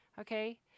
okay